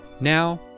Now